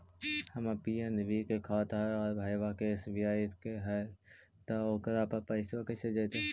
हमर पी.एन.बी के खाता है और भईवा के एस.बी.आई के है त ओकर पर पैसबा कैसे जइतै?